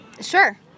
Sure